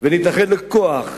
ונתאחד לכוח,